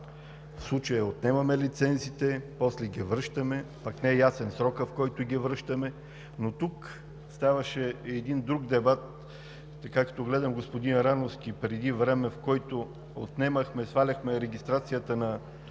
В случая отнемаме лицензите, после ги връщаме, пък не е ясен срокът, в който ги връщаме. Но тук ставаше и един друг дебат. Така като гледам господин Рановски, си спомням преди време, когато отнемахме и сваляхме регистрацията на